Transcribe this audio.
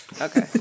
Okay